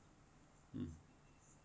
um